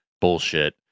bullshit